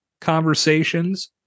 conversations